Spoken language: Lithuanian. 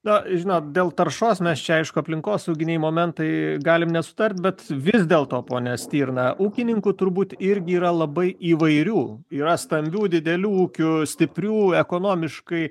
na žinot dėl taršos mes čia aišku aplinkosauginiai momentai galim nesutart bet vis dėlto pone stirna ūkininkų turbūt irgi yra labai įvairių yra stambių didelių ūkių stiprių ekonomiškai